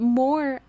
more